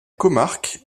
comarque